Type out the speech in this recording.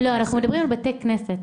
לא, אנחנו מדברים על בתי כנסת.